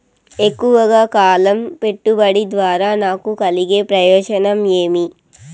ఎక్కువగా కాలం పెట్టుబడి ద్వారా నాకు కలిగే ప్రయోజనం ఏమి?